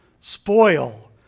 spoil